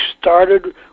started